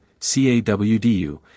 CAWDU